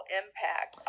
impact